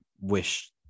wish